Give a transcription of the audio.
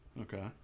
Okay